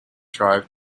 drive